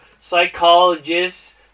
psychologists